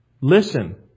Listen